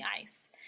ice